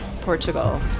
Portugal